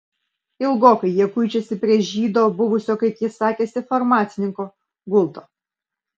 ilgokai jie kuičiasi prie žydo buvusio kaip jis sakėsi farmacininko gulto